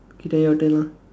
okay then your turn lah